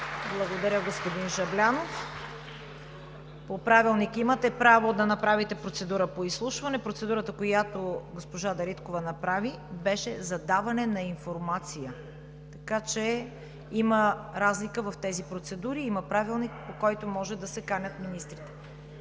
Благодаря, господин Жаблянов. По Правилник имате право да направите процедура по изслушване. Процедурата, която госпожа Дариткова направи, беше за даване на информация, така че има разлика в тези процедури. Има Правилник, по който могат да се канят министрите.